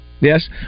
Yes